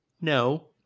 No